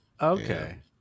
okay